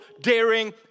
daring